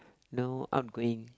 no outgoing